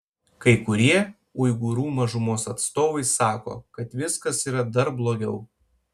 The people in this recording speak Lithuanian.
kai kurie uigūrų mažumos atstovai sako kad viskas yra dar blogiau